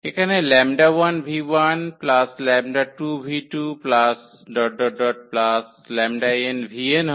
এখানে 𝜆1𝑣1 𝜆2𝑣2 ⋯ 𝜆𝑛𝑣𝑛 হল লিনিয়ার কম্বিনেশনটি